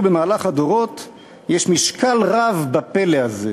במהלך הדורות יש משקל רב בפלא הזה.